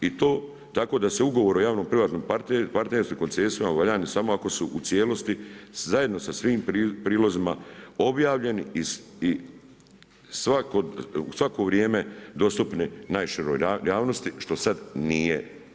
I to tako da se ugovor o javnom privatnom partnerstvu koncesijama, valjani samo ako su u cijelosti zajedno sa svim prilozima objavljeni i u svako vrijeme dostupni najširoj javnosti, što sad nije.